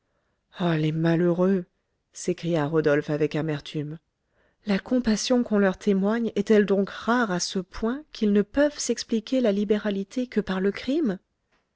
ah les malheureux s'écria rodolphe avec amertume la compassion qu'on leur témoigne est-elle donc rare à ce point qu'ils ne peuvent s'expliquer la libéralité que par le crime